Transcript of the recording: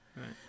Right